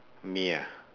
me ah